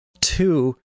two